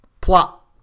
plot